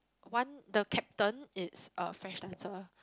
one the caption it's a fresh dancer